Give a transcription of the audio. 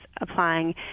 applying